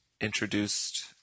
introduced